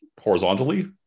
horizontally